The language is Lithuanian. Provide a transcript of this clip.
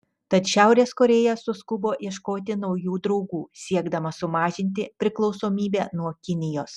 tad šiaurės korėja suskubo ieškoti naujų draugų siekdama sumažinti priklausomybę nuo kinijos